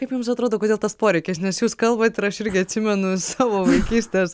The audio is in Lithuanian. kaip jums atrodo kodėl tas poreikis nes jūs kalbat ir aš irgi atsimenu savo vaikystės